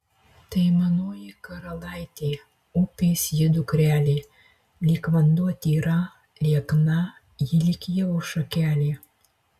tai manoji karalaitė upės ji dukrelė lyg vanduo tyra liekna ji lyg ievos šakelė